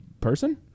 person